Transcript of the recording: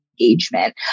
engagement